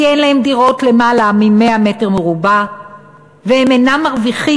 כי אין להם דירות של למעלה מ-100 מ"ר והם אינם מרוויחים,